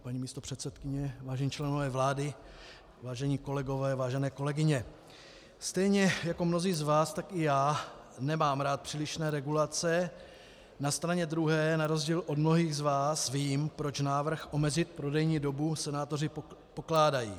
Paní místopředsedkyně, vážení členové vlády, vážené kolegyně, vážení kolegové, stejně jako mnozí z vás, tak i já nemám rád přílišné regulace, na straně druhé na rozdíl od mnohých z vás vím, proč návrh omezit prodejní dobu senátoři pokládají.